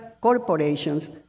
corporations